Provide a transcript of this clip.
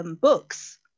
books